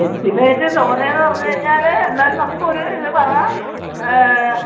estimate തോന്നിയെന്ന് പറഞ്ഞ് കഴിഞ്ഞാല് എന്തായാലും നമുക്കൊര് ഇത് പറ